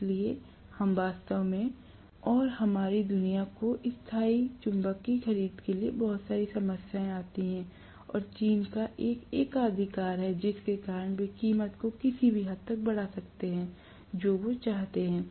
इसलिए हम वास्तव में और हमारी दुनिया को स्थायी चुंबक की खरीद के साथ बहुत सारी समस्याएं आती हैं और चीन का एक एकाधिकार है जिसके कारण वे कीमत को किसी भी हद तक बढ़ा सकते हैं जो वे चाहते हैं